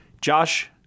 Josh